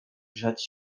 grzać